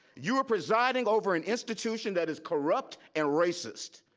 you are presiding over an institution that is corrupt and racist.